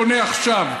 בונה עכשיו,